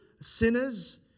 sinners